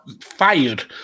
fired